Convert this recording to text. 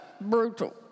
brutal